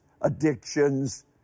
addictions